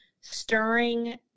stirring